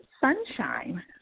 Sunshine